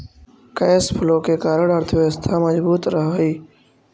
cash flow के कारण अर्थव्यवस्था मजबूत रहऽ हई